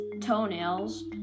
toenails